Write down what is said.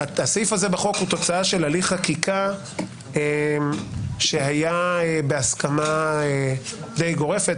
הסעיף הזה בחוק הוא תוצאה של הליך חקיקה שהיה בהסכמה די גורפת.